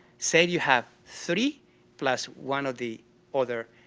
seid you have three plus one of the other